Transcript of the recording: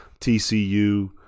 TCU